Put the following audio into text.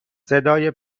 صدای